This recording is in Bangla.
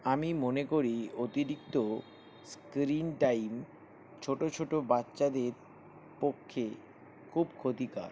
আমি মনে করি অতিরিক্ত স্ক্রিন টাইম ছোট ছোট বাচ্চাদের পক্ষে খুব ক্ষতিকর